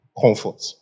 comfort